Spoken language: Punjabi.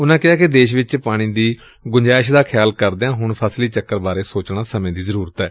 ਉਨਾਂ ਕਿਹਾ ਕਿ ਦੇਸ਼ ਵਿਚ ਪਾਣੀ ਦੀ ਗੁੰਜਾਇਸ਼ ਦਾ ਖਿਆਲ ਕਰਦਿਆਂ ਹੁਣ ਫਸਲੀ ਚੱਕਰ ਬਾਰੇ ਸੋਚਣਾ ਸਮੇਂ ਦੀ ਜ਼ਰੁਰਤ ਏ